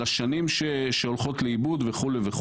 על השנים שהולכות לאיבוד וכולי.